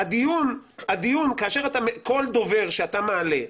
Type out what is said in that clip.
הדיון הוא כאשר כל דובר שאתה מעלה,